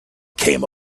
came